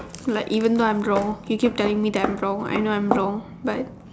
like even though I'm wrong he keep telling me that I'm wrong I know I'm wrong but